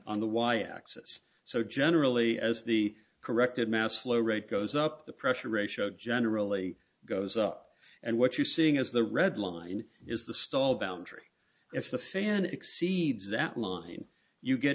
on the y axis so generally as the corrected mass flow rate goes up the pressure ratio generally goes up and what you seeing as the red line is the stall boundary if the fan exceeds that line you get